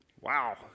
Wow